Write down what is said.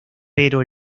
pero